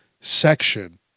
section